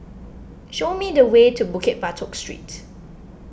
show me the way to Bukit Batok Street